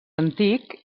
antic